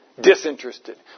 disinterested